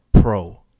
pro